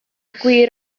gwir